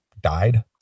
died